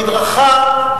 במדרכה,